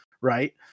right